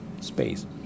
space